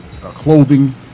clothing